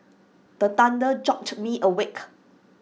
the thunder jolt me awake